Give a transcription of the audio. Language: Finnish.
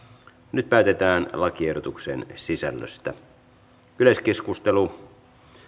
nyt päätetään lakiehdotuksen sisällöstä yleiskeskustelu